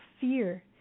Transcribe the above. fear